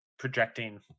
projecting